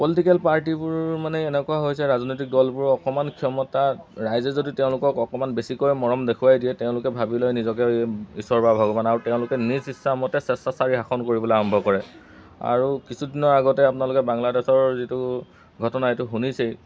political পাৰ্টিবোৰ মানে এনেকুৱা হৈছে ৰাজনৈতিক দলবোৰক অকণমান ক্ষমতা ৰাইজে যদি তেওঁলোকক অকণমান বেছিকৈ মৰম দেখুৱাই দিয়ে তেওঁলোকে ভাবি লৈ নিজকে এই ঈশ্বৰ বা ভগৱান আৰু তেওঁলোকে নিজ ইচ্ছামতে স্বেচ্ছাচাৰী শাসন কৰিবলৈ আৰম্ভ কৰে আৰু কিছুদিনৰ আগতে আপোনালোকে বাংলাদেশৰ যিটো ঘটনা এইটো শুনিছেই